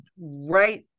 right